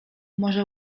może